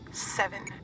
Seven